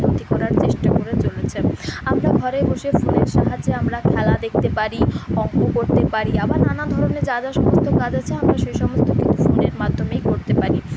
উন্নতি করার চেষ্টা করে চলেছে আমরা ঘরে বসে ফোনের সাহায্যে আমরা খেলা দেখতে পারি অঙ্ক করতে পারি আবার নানা ধরনের যা যা সমস্ত কাজ আছে আমরা সে সমস্ত কিন্তু ফোনের মাধ্যমেই করতে পারি